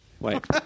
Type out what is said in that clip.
Wait